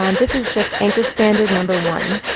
um this is just anchor standard number one.